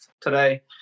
today